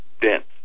dense